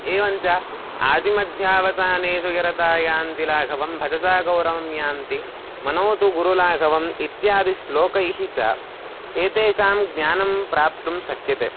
एवञ्च आदिमध्यावसानेषु यरतायान्तिलाघवं भजसा गौरवं यान्ति मनो तु गुरुलाघवम् इत्यादिभिः श्लोकैः च एतेषां ज्ञानं प्राप्तुं शक्यते